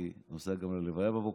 הייתי נוסע גם ללוויה בבוקר.